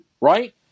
right